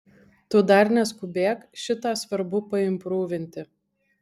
tu dar neskubėk šitą svarbu paimprūvinti